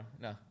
No